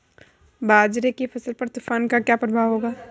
बाजरे की फसल पर तूफान का क्या प्रभाव होगा?